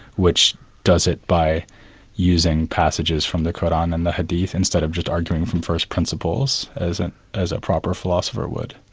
which does it by using passages from the qur'an and the hadith, instead of just arguing from first principles as and as a proper philosopher would.